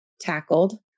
tackled